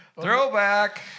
Throwback